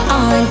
on